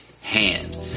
hand